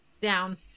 down